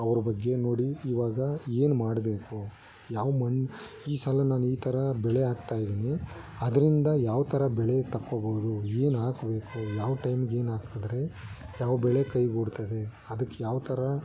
ಅವ್ರ ಬಗ್ಗೆ ನೋಡಿ ಇವಾಗ ಏನು ಮಾಡಬೇಕು ಯಾವ ಮಣ್ಣು ಈ ಸಲ ನಾನು ಈ ಥರ ಬೆಳೆ ಹಾಕ್ತಾಯಿದ್ದೀನಿ ಅದ್ರಿಂದ ಯಾವ್ಥರ ಬೆಳೆ ತೆಕ್ಕೊಬೋದು ಏನು ಹಾಕ್ಬೇಕು ಯಾವ ಟೈಮ್ಗೇನು ಹಾಕಿದ್ರೆ ಯಾವ ಬೆಳೆ ಕೈ ಗೂಡ್ತದೆ ಅದಕ್ಕೆ ಯಾವ್ಥರ